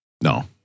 No